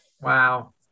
Wow